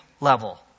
level